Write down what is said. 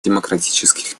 демократических